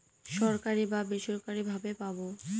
সরকারি বা বেসরকারি ভাবে পাবো